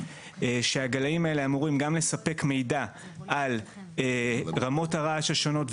שהגלאים האלה אמורים גם לספק מידע על רמות הרעש השונות,